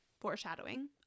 foreshadowing